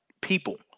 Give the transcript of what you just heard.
people